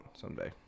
someday